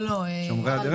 שומרי הדרך?